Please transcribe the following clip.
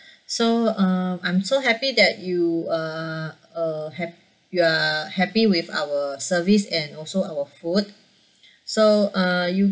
so um I'm so happy that you uh uh happ~ you are happy with our service and also our food so uh you